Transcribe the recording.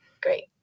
Great